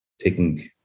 taking